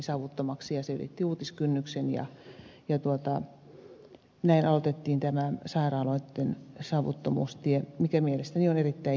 se ylitti uutiskynnyksen ja näin aloitettiin tämä sairaaloitten savuttomuustie mikä mielestäni on erittäin järkevää